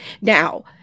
now